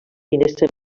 finestra